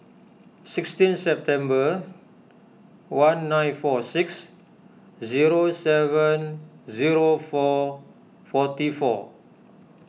sixteen September one nine four six zero seven zero four forty four